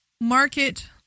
market